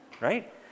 right